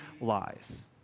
lies